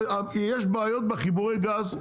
יש בעיות בחיבורי הגז,